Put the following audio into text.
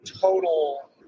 total